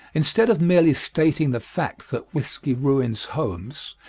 instead of merely stating the fact that whiskey ruins homes,